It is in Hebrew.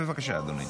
בבקשה, אדוני.